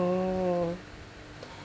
oh